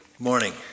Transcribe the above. morning